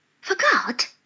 Forgot